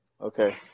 Okay